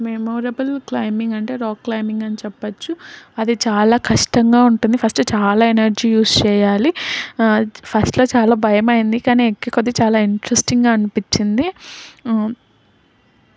memorable climbing అంటే rock climbing అని చెప్పవచ్చు అది చాలా కష్టంగా ఉంటుంది ఫస్ట్ చాలా ఎనర్జీ యూజ్ చేయాలి ఫస్ట్లో చాలా భయమైంది కానీ ఎక్కే కొద్దీ చాలా ఇంట్రెస్టింగ్ అనిపించింది